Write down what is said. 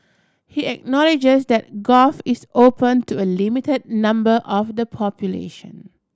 he acknowledges that golf is open to a limited number of the population